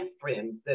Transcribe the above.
friends